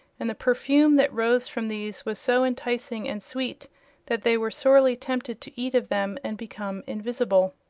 and the perfume that rose from these was so enticing and sweet that they were sorely tempted to eat of them and become invisible.